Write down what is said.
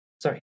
Sorry